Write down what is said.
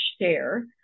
share